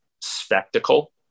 spectacle